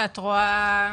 שאת רואה.